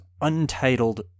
Untitled